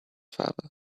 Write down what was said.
father